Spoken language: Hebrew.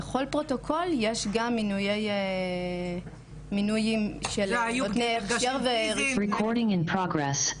בכל פרוטוקול יש גם מינויים של נותני הכשר ורישום נישואים.